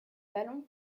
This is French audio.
ballon